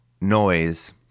noise